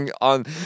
on